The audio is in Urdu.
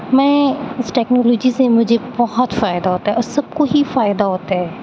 میں اِس ٹیکنالوجی سے مجھے بہت فائدہ ہوتا ہے اور سب کو ہی فائدہ ہوتا ہے